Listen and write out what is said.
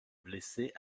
blessés